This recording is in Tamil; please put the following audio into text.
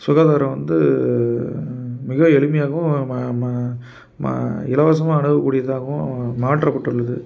சுகாதாரம் வந்து மிக எளிமையாகவும் இலவசமாக அணுகக் கூடியதாகவும் மாற்றப்பட்டுள்ளது